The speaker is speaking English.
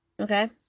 Okay